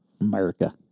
America